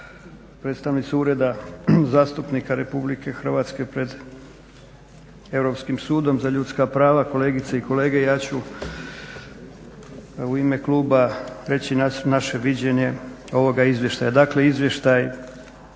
Predstavnici Ureda zastupnika Republike Hrvatske pred Europskim sudom za ljudska prava, kolegice i kolege. Ja ću ime kluba reći naše viđenje ovoga izvještaja.